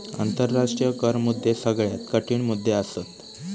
आंतराष्ट्रीय कर मुद्दे सगळ्यात कठीण मुद्दे असत